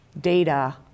data